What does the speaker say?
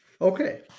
Okay